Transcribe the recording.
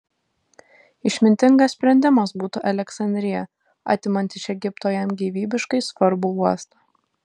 išmintingas sprendimas būtų aleksandrija atimant iš egipto jam gyvybiškai svarbų uostą